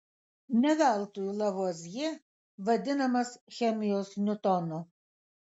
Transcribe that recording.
ne veltui lavuazjė vadinamas chemijos niutonu